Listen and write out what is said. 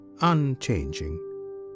unchanging